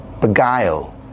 beguile